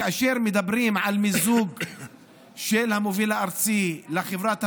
כאשר מדברים על מיזוג של המוביל הארצי לחברת מקורות,